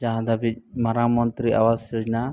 ᱡᱟᱦᱟᱸ ᱫᱷᱟᱹᱵᱤᱡ ᱢᱟᱨᱟᱝ ᱢᱚᱱᱛᱨᱤ ᱟᱵᱟᱥ ᱡᱳᱡᱽᱱᱟ